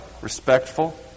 respectful